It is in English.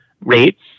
rates